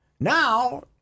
Now